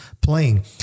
playing